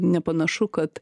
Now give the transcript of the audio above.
nepanašu kad